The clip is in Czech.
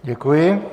Děkuji.